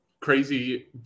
Crazy